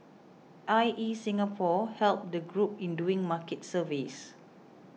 I E Singapore helped the group in doing market surveys